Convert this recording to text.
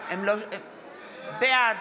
בעד